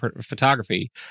photography